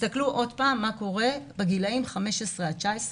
תסתכלו עוד פעם מה קורה בגילאים 15 עד 19,